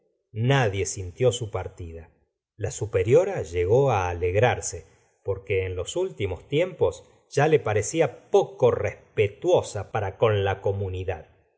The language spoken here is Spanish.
nadie sintió su partida la superiora la señora de bovary llegó alegrarse porque en los últimos tiempos ya le parecía poco respetuosa para con la comunidad